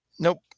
Nope